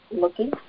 looking